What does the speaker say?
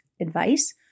advice